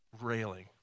railing